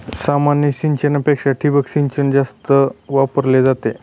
सामान्य सिंचनापेक्षा ठिबक सिंचन जास्त वापरली जाते